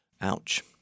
Ouch